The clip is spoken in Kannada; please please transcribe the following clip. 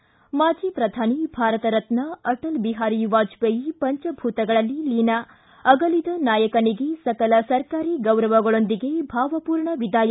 ಿಗೆ ಮಾಜಿ ಪ್ರಧಾನಿ ಭಾರತ ರತ್ನ ಅಟಲ್ ಬಿಹಾರಿ ವಾಜಪೇಯಿ ಪಂಚಭೂತಗಳಲ್ಲಿ ಲೀನ ಅಗಲಿದ ನಾಯಕನಿಗೆ ಸಕಲ ಸರ್ಕಾರಿ ಗೌರವಗಳೊಂದಿಗೆ ಭಾವಪೂರ್ಣ ವಿದಾಯ